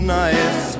nice